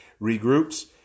regroups